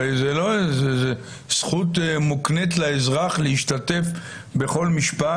אבל זו זכות מוקנית לאזרח להשתתף בכל משפט,